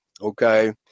Okay